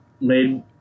made